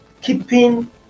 keeping